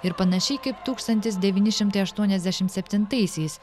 ir panašiai kaip tūkstantis devyni šimtai aštuoniasdešimt septintaisiais